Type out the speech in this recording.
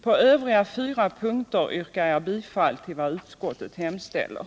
På övriga fyra punkter yrkar jag bifall till vad utskottet hemställer.